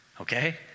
okay